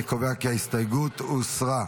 אני קובע כי ההסתייגות הוסרה.